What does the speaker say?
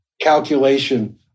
calculation